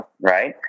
right